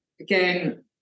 again